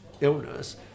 illness